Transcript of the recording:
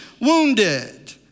wounded